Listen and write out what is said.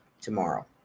tomorrow